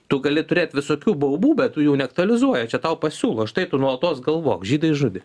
tu gali turėt visokių baubų bet tu jų neaktualizuoji o čia tau pasiūlo štai tu nuolatos galvok žydai žudė